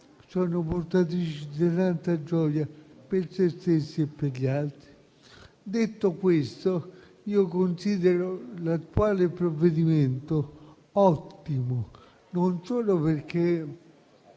sono portatrici di tanta gioia per se stesse e per gli altri? Detto ciò, considero l'attuale provvedimento ottimo, non solo perché